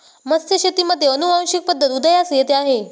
मत्स्यशेतीमध्ये अनुवांशिक पद्धत उदयास येत आहे